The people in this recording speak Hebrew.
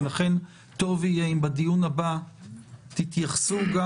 לכן טוב יהיה אם בדיון הבא תתייחסו גם